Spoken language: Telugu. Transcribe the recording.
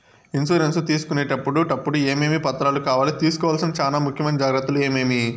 ఇన్సూరెన్సు తీసుకునేటప్పుడు టప్పుడు ఏమేమి పత్రాలు కావాలి? తీసుకోవాల్సిన చానా ముఖ్యమైన జాగ్రత్తలు ఏమేమి?